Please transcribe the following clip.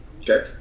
Okay